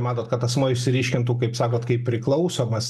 matot kad asmuo išsiryškintų kaip sakot kaip priklausomas